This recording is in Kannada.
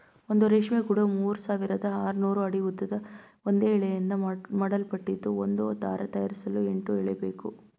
ಒಂದು ರೇಷ್ಮೆ ಗೂಡು ಮೂರ್ಸಾವಿರದ ಆರ್ನೂರು ಅಡಿ ಉದ್ದದ ಒಂದೇ ಎಳೆಯಿಂದ ಮಾಡಲ್ಪಟ್ಟಿದ್ದು ಒಂದು ದಾರ ತಯಾರಿಸಲು ಎಂಟು ಎಳೆಬೇಕು